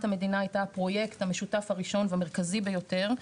המדינה הייתה הפרויקט המשותף הראשון והמרכזי ביותר.